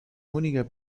unica